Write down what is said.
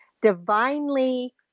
divinely